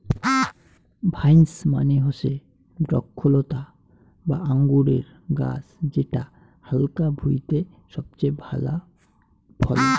vines মানে হসে দ্রক্ষলতা বা আঙুরের গাছ যেটা হালকা ভুঁইতে সবচেয়ে ভালা ফলে